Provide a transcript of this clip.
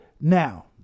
Now